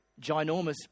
ginormous